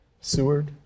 Seward